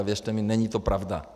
A věřte mi, není to pravda.